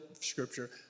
scripture